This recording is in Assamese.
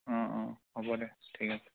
অ' অ' হ'ব দে ঠিক আছে